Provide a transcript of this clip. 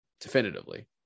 definitively